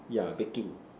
yeah baking